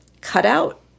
cutout